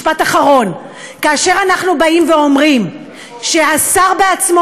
משפט אחרון: כאשר אנחנו אומרים שהשר בעצמו